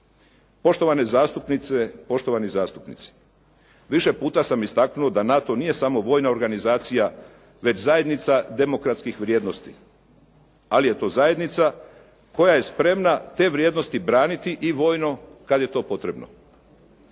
Poštovane zastupnice, poštovani zastupnici, više puta sam istaknuo da NATO nije samo vojna organizacija, već zajednica demokratskih vrijednosti, ali je to zajednica koja je spremna te vrijednosti braniti i vojno kad je to potrebno.